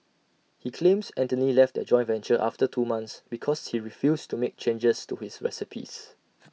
he claims Anthony left their joint venture after two months because he refused to make changes to his recipes